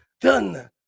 done